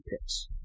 picks